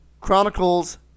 Chronicles